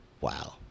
Wow